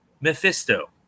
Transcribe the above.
Mephisto